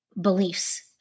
beliefs